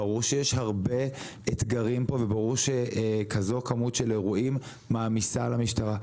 ברור שיש הרבה אתגרים פה וברור שכזו כמות של אירועים מעמיסה על המשטרה.